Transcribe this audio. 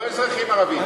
לא אזרחים ערבים.